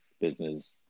business